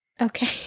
Okay